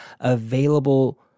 available